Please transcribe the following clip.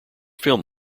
film